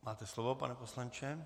Máte slovo, pane poslanče.